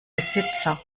besitzer